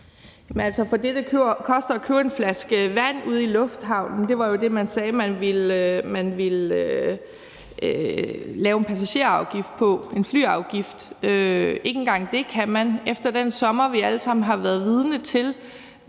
For det, det koster at købe en flaske vand ude i lufthavnen: Det var det beløb, man sagde man ville lave en passagerafgift på, en flyafgift. Ikke engang det kan man. Efter den sommer, vi alle sammen har været vidne til,